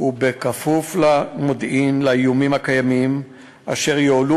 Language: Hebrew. ובכפוף למודיעין על האיומים הקיימים אשר יועלו